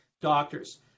doctors